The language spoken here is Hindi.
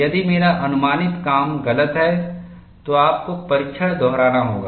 यदि मेरा अनुमानित काम गलत है तो आपको परीक्षण दोहराना होगा